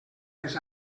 les